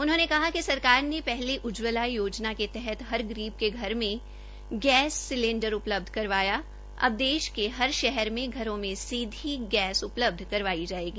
उन्होंने कहा कि सरकार ने पहले उज्जवला योजना के तहत हर गरीब के घर में गेस सिलेन्डर उपलब्ध करवाया अब देश के हर शहर में घरों मे सीधी गैस उपलब्ध कारवाई जाएगी